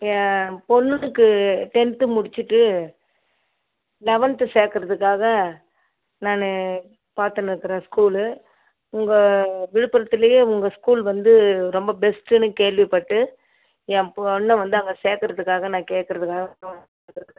என் பொண்ணுக்கு டென்த்து முடிச்சுட்டு லெவன்த்து சேர்க்கறதுக்காக நான் பார்த்துன்னு இருக்கிறேன் ஸ்கூலு உங்கள் விழுப்புரத்துலேயே உங்கள் ஸ்கூல் வந்து ரொம்ப பெஸ்ட்டுன்னு கேள்விப்பட்டு என் பொண்ணை வந்து அங்கே சேர்க்கறதுக்காக நான் கேட்கறதுக்காக வந்திருக்கறேன்